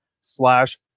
slash